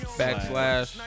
backslash